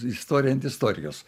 istorija ant istorijos